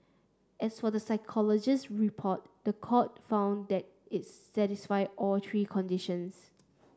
as for the psychologist's report the court found that it's satisfied all three conditions